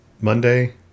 Monday